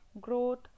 growth